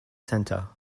center